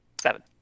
seven